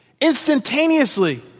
instantaneously